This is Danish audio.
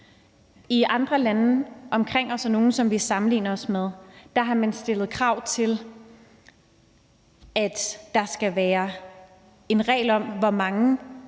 I andre lande omkring os, som vi sammenligner os med, har man stillet krav om, at der skal være en regel om, hvor mange